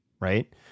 right